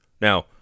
Now